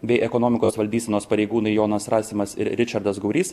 bei ekonomikos valdysenos pareigūnai jonas rasimas ir ričardas gaurys